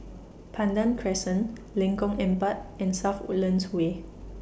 Pandan Crescent Lengkong Empat and South Woodlands Way